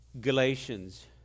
Galatians